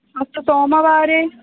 अस्तु सोमवारे